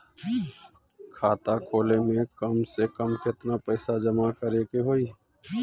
खाता खोले में कम से कम केतना पइसा जमा करे के होई?